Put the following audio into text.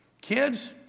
Kids